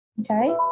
okay